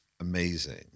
amazing